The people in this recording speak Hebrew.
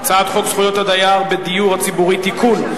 הצעת חוק זכויות הדייר בדיור הציבורי (תיקון,